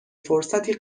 فرصتی